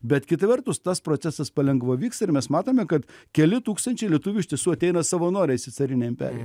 bet kita vertus tas procesas palengva vyksta ir mes matome kad keli tūkstančiai lietuvių iš tiesų ateina savanoriais į carinę imperiją